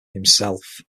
himself